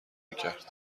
میکرد